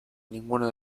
ninguno